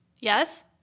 Yes